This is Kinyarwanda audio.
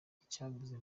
icyabuze